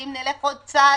אם נלך עוד צעד,